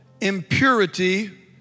impurity